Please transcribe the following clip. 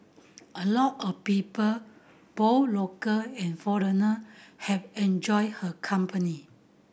a lot of people both local and foreigner have enjoyed her company